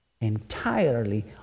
entirely